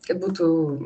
kad būtų